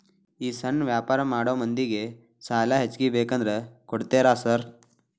ಈ ಸಣ್ಣ ವ್ಯಾಪಾರ ಮಾಡೋ ಮಂದಿಗೆ ಸಾಲ ಹೆಚ್ಚಿಗಿ ಬೇಕಂದ್ರ ಕೊಡ್ತೇರಾ ಸಾರ್?